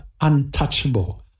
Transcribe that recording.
untouchable